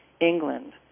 England